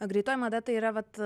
greitoji mada tai yra vat